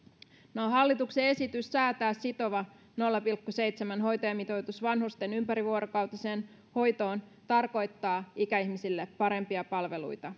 hallituksen esitys säätää sitova nolla pilkku seitsemän hoitajamitoitus vanhusten ympärivuorokautiseen hoitoon tarkoittaa ikäihmisille parempia palveluita